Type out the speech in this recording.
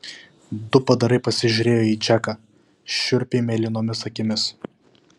du padarai pasižiūrėjo į džeką šiurpiai mėlynomis akimis